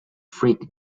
freak